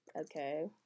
okay